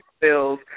bills